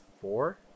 four